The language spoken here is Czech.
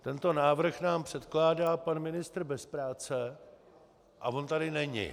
Tento návrh nám předkládá pan ministr bez práce a on tady není!